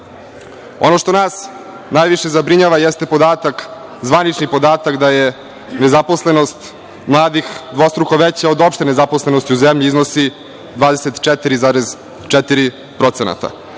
itd. Ono što nas najviše zabrinjava jeste zvanični podatak da je nezaposlenost mladih dvostruko veća od opšte nezaposlenosti u zemlji, iznosi 24,4%.